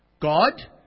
God